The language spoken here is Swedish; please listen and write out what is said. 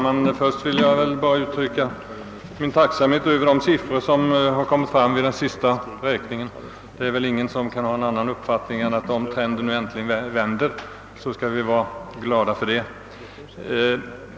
Herr talman! Jag vill uttrycka min glädje över den tendens som siffrorna från den senaste räkningen utvisar. Ingen kan väl ha någon annan uppfattning än att om trenden nu verkligen vänder, så skall vi vara glada för det.